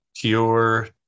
pure